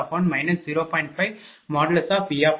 5| V1|2A1 0